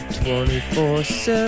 24-7